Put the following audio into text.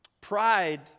Pride